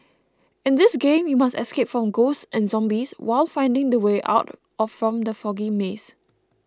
in this game you must escape from ghosts and zombies while finding the way out of from the foggy maze